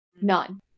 None